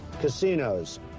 casinos